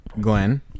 Glenn